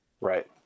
Right